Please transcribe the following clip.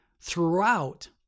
throughout